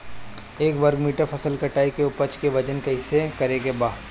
एक वर्ग मीटर फसल कटाई के उपज के वजन कैसे करे के बा?